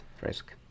risk